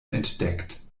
entdeckt